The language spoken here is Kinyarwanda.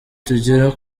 tugira